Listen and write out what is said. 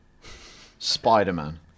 Spider-Man